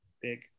big